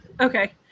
Okay